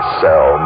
sell